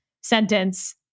sentence